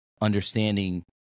understanding